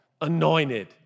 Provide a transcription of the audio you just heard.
anointed